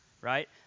right